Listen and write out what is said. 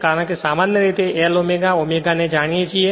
કારણ કે સામાન્ય રીતે આપણે L ω ને જાણીએ છીએ